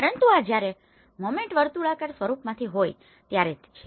પરંતુ આ જયારે મોમેન્ટ વર્તુળાકાર સ્વરૂપમાંથી હોઈ ત્યારે છે